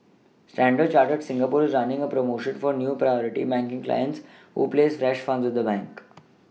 standard Chartered Singapore is running a promotion for new Priority banking clients who places fresh funds with the bank